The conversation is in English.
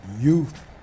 youth